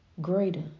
greater